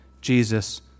Jesus